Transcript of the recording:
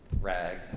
rag